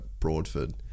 broadford